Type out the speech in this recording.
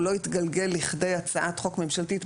הוא לא התגלגל לכדי הצעת חוק ממשלתית,